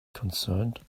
concerned